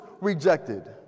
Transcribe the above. rejected